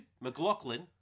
McLaughlin